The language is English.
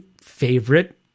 favorite